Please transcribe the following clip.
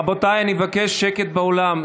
רבותיי, אבקש שקט באולם.